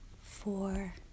four